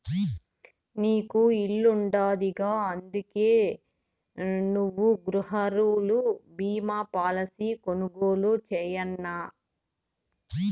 నీకు ఇల్లుండాదిగా, అందుకే నువ్వు గృహరుణ బీమా పాలసీ కొనుగోలు చేయన్నా